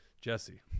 Jesse